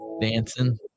Dancing